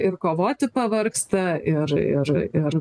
ir kovoti pavargsta ir ir ir